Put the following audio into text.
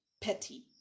Petty